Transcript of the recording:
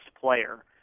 player